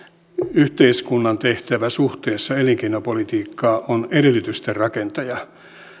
yhteiskunnan tehtävä suhteessa elinkeinopolitiikkaan on olla edellytysten rakentaja se